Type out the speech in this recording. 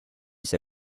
see